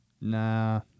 Nah